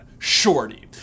Shorty